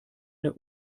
der